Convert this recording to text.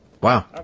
Wow